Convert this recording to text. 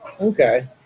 Okay